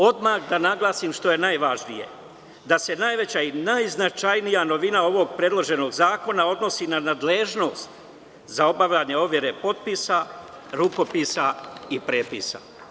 Odmah da naglasim, što je najvažnije, da se najveća i najznačajnija novina ovog predloženog zakona odnosi na nadležnost za obavljanje overe potpisa, rukopisa i prepisa.